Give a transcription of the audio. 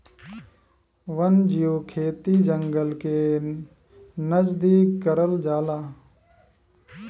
वन्यजीव खेती जंगल के नजदीक करल जाला